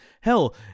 Hell